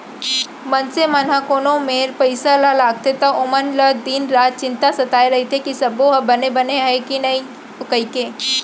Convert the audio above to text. मनसे मन ह कोनो मेर पइसा ल लगाथे त ओमन ल दिन रात चिंता सताय रइथे कि सबो ह बने बने हय कि नइए कइके